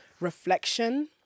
reflection